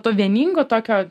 to vieningo tokio